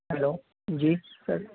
hello ji سر